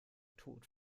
tod